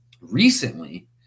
recently